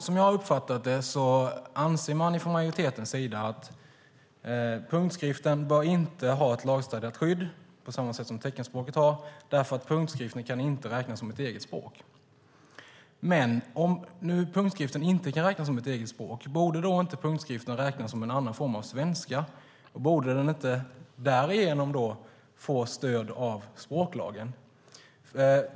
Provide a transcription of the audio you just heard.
Som jag har uppfattat det anser majoriteten att punktskriften inte bör ha ett lagstadgat skydd på samma sätt som teckenspråket har eftersom punktskriften inte kan räknas som ett eget språk. Men om den nu inte kan räknas som ett eget språk, borde den då inte räknas som en annan form av svenska? Borde den inte därigenom få stöd av språklagen?